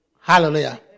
Hallelujah